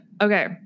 Okay